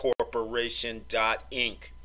corporation.inc